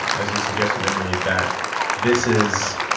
as you suggested, emily, that this is